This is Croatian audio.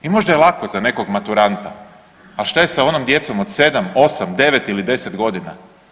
I možda je lako za nekog maturanta, a šta je sa onom djecom od 7, 8, 9 ili 10 godina.